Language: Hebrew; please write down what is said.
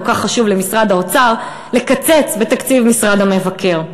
כך חשוב למשרד האוצר לקצץ במשרד המבקר.